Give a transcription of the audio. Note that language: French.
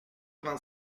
vingt